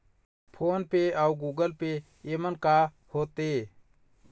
Phone पे अउ Google Pay येमन का होते?